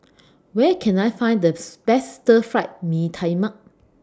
Where Can I Find The Best Stir Fried Mee Tai Mak